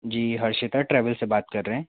जी Harshita travels से बात कर रहें